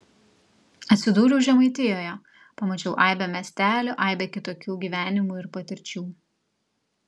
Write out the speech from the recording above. atsidūriau žemaitijoje pamačiau aibę miestelių aibę kitokių gyvenimų ir patirčių